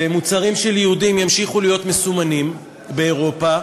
ומוצרים של יהודים ימשיכו להיות מסומנים באירופה.